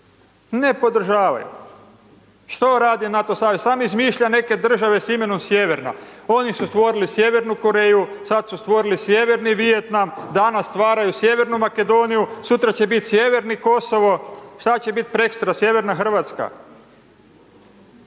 Ne podržavaju. Što rade NATO savez? Samo izmišlja neke države s imenom Sjeverna, oni su stvorili Sjevernu Koreju, sad su stvorili Sjeverni Vijetnam, danas stvaraju Sjevernu Makedoniju, sutra će biti Sjeverni Kosovo, šta će bit preksutra, Sjeverna Hrvatska?